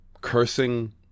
Cursing